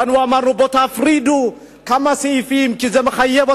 אמרנו: תפרידו כמה סעיפים כי הם מחייבים